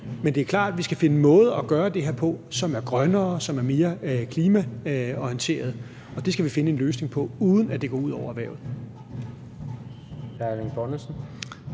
Men det er klart, at vi skal finde måder at gøre det her på, som er grønnere og mere klimaorienterede, og det skal vi finde en løsning på, uden at det går ud over erhvervet.